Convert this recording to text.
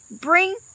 bring